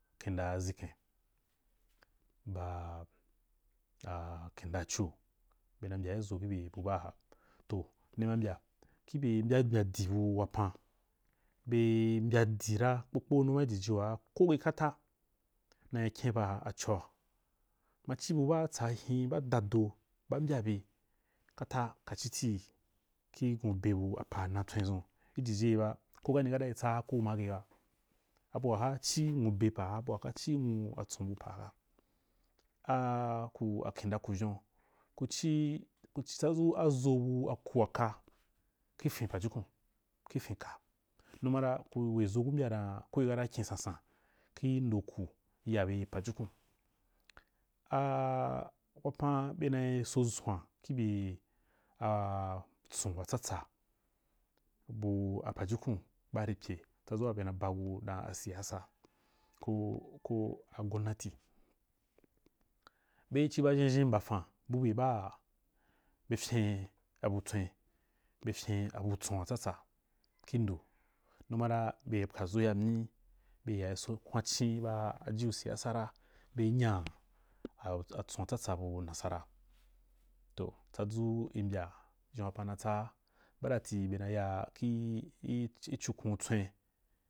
Ba kmda ʒiken ba a knda-acio bena mbyai ʒo ki bye bu baa ga toh nima mbya ki bye mbyambya di bu wapan be mbya di ra kpokpo numa i jyi waa ko ke kata nayi kyen ba a coa, ma ci bu baa tsa hen baa da doh, ba mbya bye kala ka citi ki nwo be bu paa na tswen dʒun ki jiji geba ko gani kata ri tsaa ko ma age ba abu waga ci nwo be apa gara, abu wa ga ci nwo tson’u bu apa aga. A gu knda kuvyon ku ci tsadʒu aʒo bu aku wa u ka ki fin pajukun numa kuri we ʒo ku mbyan danm koke kata kyen sansan ki ndou aku ya bye pajukun, a wapan bena so hwan ki bye a tson wa tsatsa bu a pajukun baa ripye tsadʒu waa bena baku danra buyasa koh a gonnali be ciba ʒhenʒhen mbafan bube baa be fyen abu tswen, be fyen atson wa tsatsa ndo numa ra beri pwadʒu ya myi be yayi kwamcin ba ajiu siyasa ra be nya a tson wa tsatsa bu nasara toh tsadʒu i mbya a ʒhen wapan na tsara ba dati na ya ki cukon tswen.